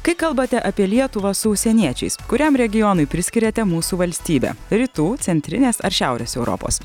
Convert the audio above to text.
kai kalbate apie lietuvą su užsieniečiais kuriam regionui priskiriate mūsų valstybę rytų centrinės ar šiaurės europos